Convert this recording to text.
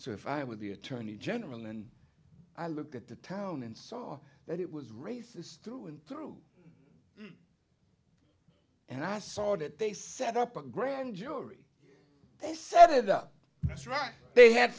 so if i were the attorney general and i looked at the town and saw that it was racist through and through and i saw that they set up a grand jury they set it up that's right they had